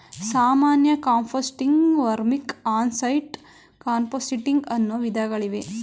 ಸಾಮಾನ್ಯ ಕಾಂಪೋಸ್ಟಿಂಗ್, ವರ್ಮಿಕ್, on site composting ಅನ್ನೂ ವಿಧಗಳಿವೆ